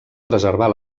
preservar